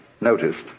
noticed